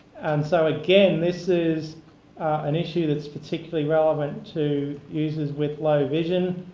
and so again, this is an issue that's particularly relevant to users with low vision.